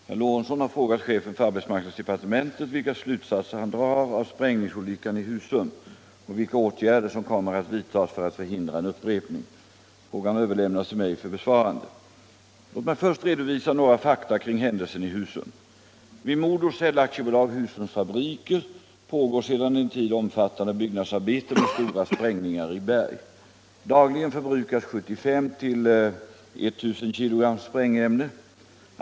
323, till herr arbetsmarknadsministern. och anförde: Herr talman! Herr Lorentzon har frågat chefen för arbetsmarknadsdepartementet vilka slutsatser han drar av sprängningsolyckan i Husum och vilka åtgärder som kommer att vidtas för att förhindra en upprepning. Frågan har överlämnats till mig för besvarande. Låt mig först redovisa några fakta kring händelsen i Husum. Vid Mo DoCell AB, Husums fabriker, pågår sedan en tid omfattande byggnadsarbeten med stora sprängningar i berg. Dagligen förbrukas 75—1 000 kg sprängämne.